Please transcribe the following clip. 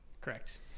Correct